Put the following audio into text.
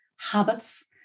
habits